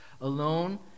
alone